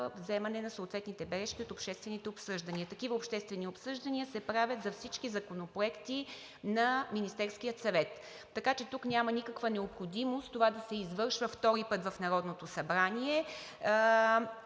вземане на съответните бележки от обществените обсъждания. Такива обществени обсъждания се правят за всички законопроекти на Министерския съвет, така че тук няма никаква необходимост това да се извършва втори път в Народното събрание.